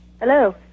Hello